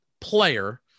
player